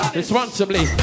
responsibly